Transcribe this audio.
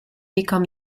become